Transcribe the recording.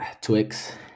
Twix